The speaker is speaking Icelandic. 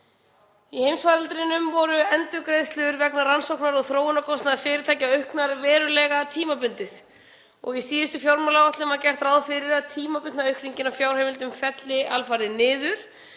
Í heimsfaraldrinum voru endurgreiðslur vegna rannsókna- og þróunarkostnaðar fyrirtækja auknar verulega tímabundið. Í síðustu fjármálaáætlun var gert ráð fyrir að tímabundna aukningin á fjárheimildum félli alfarið niður